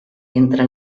entre